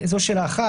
זו שאלה אחת.